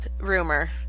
rumor